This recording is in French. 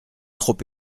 trop